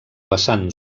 vessant